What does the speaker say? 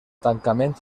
tancament